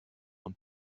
und